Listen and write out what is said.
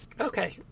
Okay